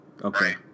Okay